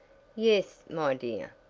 yes, my dear.